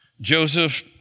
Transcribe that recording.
Joseph